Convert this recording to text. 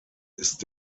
ist